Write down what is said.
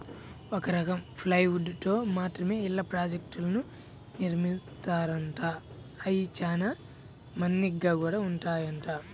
ఒక రకం ప్లైవుడ్ తో మాత్రమే ఇళ్ళ ప్రాజెక్టులను నిర్మిత్తారంట, అయ్యి చానా మన్నిగ్గా గూడా ఉంటాయంట